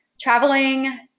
Traveling